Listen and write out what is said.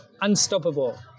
unstoppable